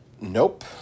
Nope